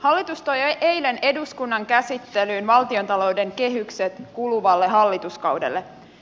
hallitus toi eilen eduskunnan käsittelyyn valtiontalouden kehykset kuluvalle hallituskaudelle